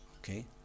Okay